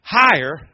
higher